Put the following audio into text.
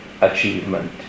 achievement